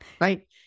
Right